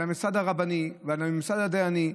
על הממסד הרבני ועל הממסד הדייני,